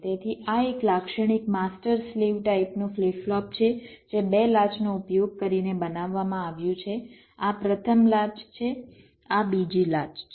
તેથી આ એક લાક્ષણિક માસ્ટર સ્લેવ ટાઇપનું ફ્લિપ ફ્લોપ છે જે બે લાચનો ઉપયોગ કરીને બનાવવામાં આવ્યું છે આ પ્રથમ લાચ છે આ બીજી લાચ છે